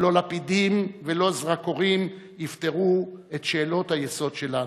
לא לפידים ולא זרקורים יפתרו את שאלות היסוד שלנו.